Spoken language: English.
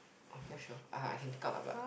okay sure I I can take out but